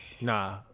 nah